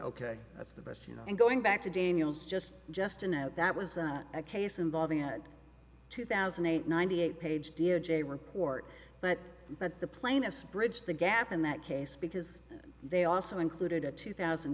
ok that's the best you know and going back to daniel's just just a note that was a case involving at two thousand and eight ninety eight page d o j report but but the plaintiffs bridge the gap in that case because they also included a two thousand